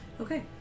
Okay